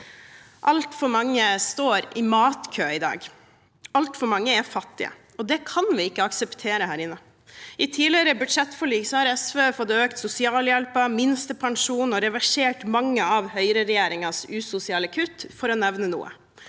Altfor mange står i matkø i dag. Altfor mange er fattige. Det kan vi ikke akseptere. I tidligere budsjettforlik har SV fått økt sosialhjelpen og minstepensjonen og reversert mange av høyreregjeringens usosiale kutt, for å nevne noe.